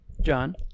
John